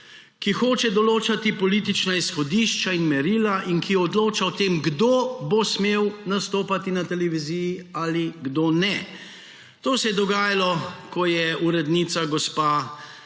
ki hoče določati politična izhodišča in merila in ki odloča o tem, kdo bo smel nastopati na televiziji ali kdo ne. To se je dogajalo, ko je urednica gospa